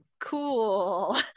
Cool